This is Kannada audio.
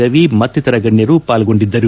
ರವಿ ಮತ್ತಿತರ ಗಣ್ಣರು ಪಾಲ್ಗೊಂಡಿದ್ದರು